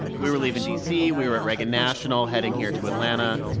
we were leaving d c. we were at reagan national heading here to atlanta.